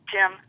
Jim